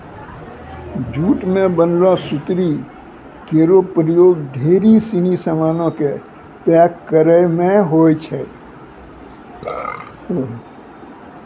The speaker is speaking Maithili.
जूट सें बनलो सुतरी केरो प्रयोग ढेरी सिनी सामानो क पैक करय म होय छै